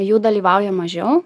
jų dalyvauja mažiau